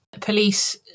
Police